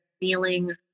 feeling